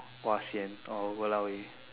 !wah! sian or !walao! eh